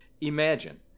Imagine